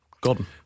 Gordon